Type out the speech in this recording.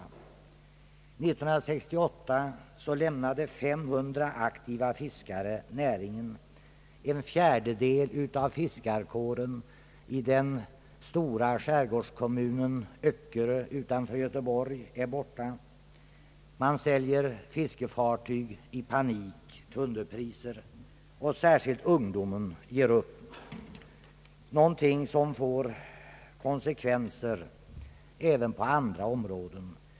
År 1968 lämnade 500 aktiva fiskare näringen, En fjärdedel av fiskarekåren i den stora skärgårdskommunen Öckerö utanför Göteborg är borta, man säljer fiskefartyg i panik till underpriser, och särskilt ungdomen ger upp, något som får konsekvenser även på andra områden.